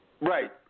Right